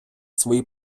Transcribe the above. свої